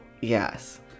Yes